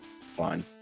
Fine